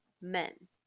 men